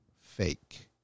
Fake